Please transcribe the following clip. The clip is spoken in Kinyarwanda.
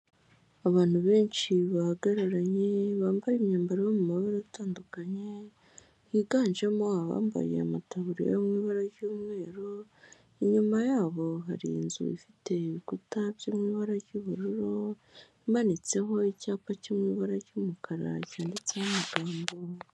Abantu benshi bahagararanye, bambaye imyambaro yo mu mabara atandukanye higanjemo abambaye amataburiya yo mu ibara ry'umweru, inyuma yabo hari inzu ifite ibikuta byo mui ibara ry'ubururu imanitseho icyapa cy' mubara ry'umukara cyanditse n'amagambo.